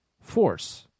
force